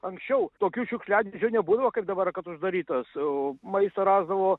anksčiau tokių šiukšliadėžių nebūdavo kaip dabar kad uždarytos maisto rasdavo